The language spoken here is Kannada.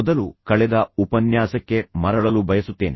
ಮೊದಲು ಕಳೆದ ಉಪನ್ಯಾಸಕ್ಕೆ ಮರಳಲು ಬಯಸುತ್ತೇನೆ